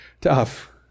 tough